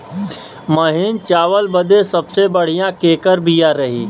महीन चावल बदे सबसे बढ़िया केकर बिया रही?